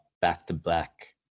back-to-back